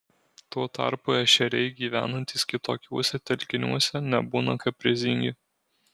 tuo tarpu ešeriai gyvenantys kitokiuose telkiniuose nebūna kaprizingi